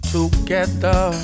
Together